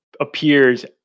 appears